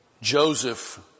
Joseph